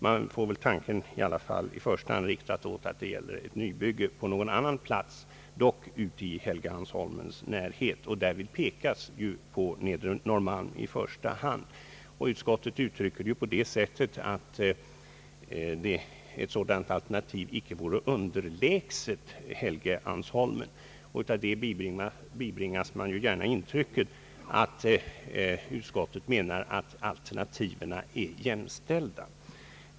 Man tänker sig i första hand ett nybygge på någon annan plats, dock i Helgeandsholmens närhet, och därvid pekas det på Nedre Norrmalm. Utskottet uttrycker det så att ett sådant alternativ icke vore underlägset Helgeandsholmsalternativet. Man bibringas lätt det intrycket att utskottet menar att alternativen är jämställda.